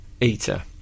eater